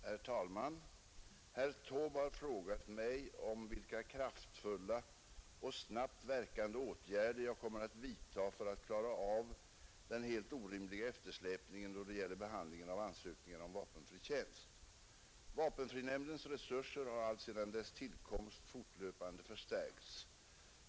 Herr talman! Herr Taube har frågat mig om vilka kraftfulla och snabbt verkande atgärder jag kommer att vidta för att klara av den helt orimliga eftersläpningen du det gäller behandlingen av ansökningar om vapenfri tjänst. Vapentrinamndens resurser har alltsedan dess tillkomst fortlöpande förstärkts.